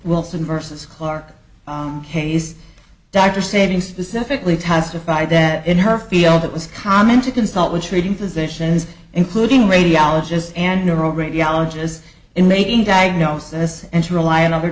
wilson versus clarke case dr saving specifically testified that in her field it was common to consult with treating physicians including radiologists and neuro radiologist in making diagnosis and to rely on other